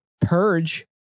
purge